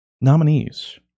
nominees